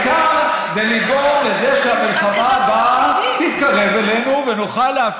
הקרן החדשה כתבה לך את הנאום?